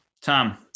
Tom